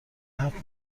هفت